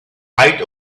right